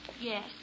Yes